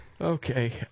okay